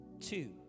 two